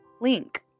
link